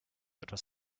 etwas